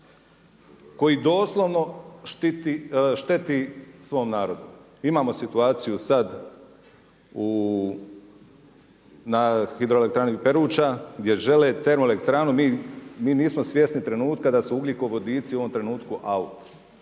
koji doslovno šteti svom narodu. Imamo situaciju sad na hidroelektrani Peruća, gdje žele termoelektranu, mi nismo svjesni trenutka da su ugljikovodici u ovom trenutku aut.